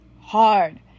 hard